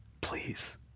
Please